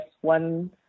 one